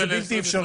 זה בלתי אפשרי.